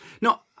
no